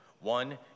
One